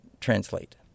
translate